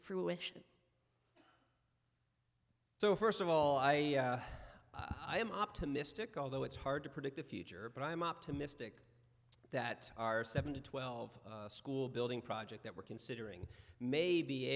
fruition so first of all i am optimistic although it's hard to predict the future but i'm optimistic that our seven to twelve school building project that we're considering may be